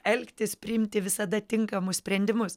elgtis priimti visada tinkamus sprendimus